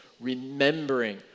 remembering